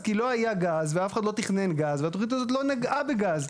כי לא היה גז ואף אחד לא תכנן גז והתכנית הזאת לא נגעה בגז.